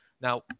Now